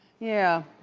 yeah.